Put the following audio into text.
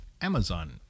Amazon